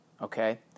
Okay